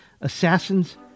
assassins